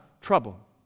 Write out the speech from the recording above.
trouble